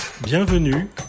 Bienvenue